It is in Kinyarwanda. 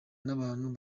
n’abantu